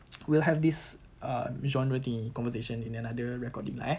we'll have this uh genre thingy conversation in another recording lah eh